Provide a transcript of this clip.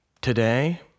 Today